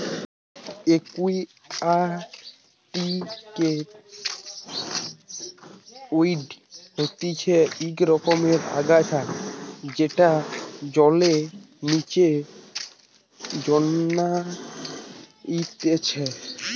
একুয়াটিকে ওয়িড হতিছে ইক রকমের আগাছা যেটা জলের নিচে জন্মাইতিছে